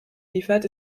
liefert